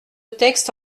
texte